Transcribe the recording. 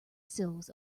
sills